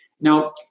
Now